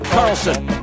Carlson